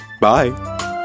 bye